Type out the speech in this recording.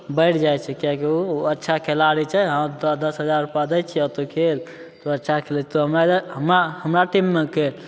बढ़ि जाइ छै किएकि ओ ओ अच्छा खेलाड़ी छै हँ तोरा दस हजार रूपा दै छियऽ तू खेल तू आर अच्छा खेलै छऽ हमरा हमरा हमरा टीममे खेल